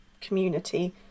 community